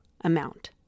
amount